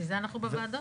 בשביל זה אנחנו בוועדה.